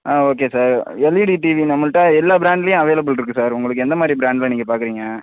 ஆ okay sir LED TV நம்மள்ட்ட எல்லா ப்ராண்ட்லேயும் அவைலபிள் இருக்குது சார் உங்களுக்கு எந்த மாதிரி ப்ராண்டில் நீங்கள் பார்க்குறீங்க